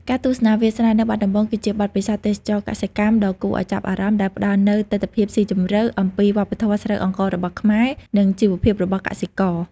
ការទស្សនាវាលស្រែនៅបាត់ដំបង គឺជាបទពិសោធន៍ទេសចរណ៍កសិកម្មដ៏គួរឱ្យចាប់អារម្មណ៍ ដែលផ្ដល់នូវទិដ្ឋភាពស៊ីជម្រៅអំពីវប្បធម៌ស្រូវអង្កររបស់ខ្មែរ និងជីវភាពរបស់កសិករ ។